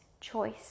choice